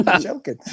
joking